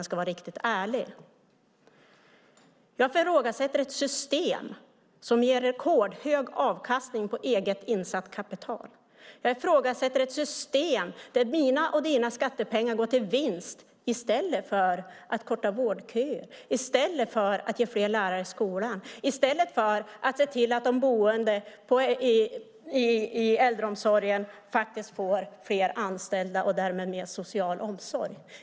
Jag ifrågasätter ett system som ger rekordhög avkastning på eget insatt kapital. Jag ifrågasätter ett system där mina och dina skattepengar går till vinst i stället för att korta vårdköer, ge fler lärare i skolan eller att se till att de boende i äldreomsorgen får fler anställda och därmed mer social omsorg.